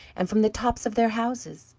and from the tops of their houses,